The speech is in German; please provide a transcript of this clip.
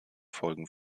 folgen